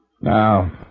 Now